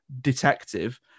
detective